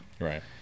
Right